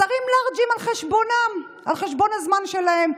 השרים לארג'ים על חשבונם, על חשבון הזמן שלהם.